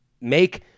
make